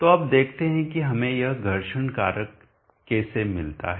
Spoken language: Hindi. तो अब देखते हैं कि हमें यह घर्षण कारक कैसे मिलता है